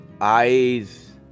eyes